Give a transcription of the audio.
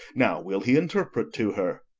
now will he interpret to her.